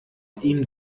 ihm